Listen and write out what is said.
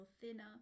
thinner